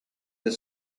the